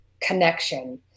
connection